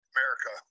America